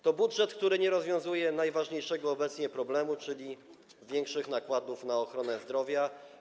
To budżet, który nie rozwiązuje najważniejszego obecnie problemu, czyli większych nakładów na ochronę zdrowia.